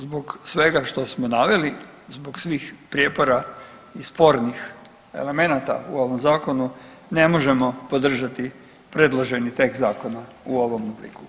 Zbog svega što smo naveli, zbog svih prijepora i spornih elemenata u ovom zakonu, ne možemo podržati predloženi tekst zakona u ovom obliku.